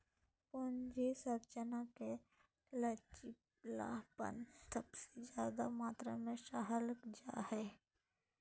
पूंजी संरचना मे लचीलापन सबसे ज्यादे मात्रा मे सराहल जा हाई